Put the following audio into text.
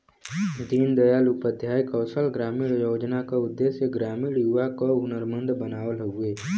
दीन दयाल उपाध्याय कौशल ग्रामीण योजना क उद्देश्य ग्रामीण युवा क हुनरमंद बनावल हउवे